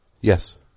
Yes